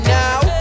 now